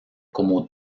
como